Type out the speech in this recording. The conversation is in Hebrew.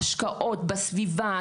השקעות בסביבה,